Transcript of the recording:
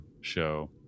show